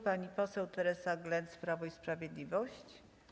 Pani poseł Teresa Glenc, Prawo i Sprawiedliwość.